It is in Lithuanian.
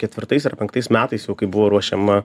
ketvirtais ar penktais metais jau kai buvo ruošiama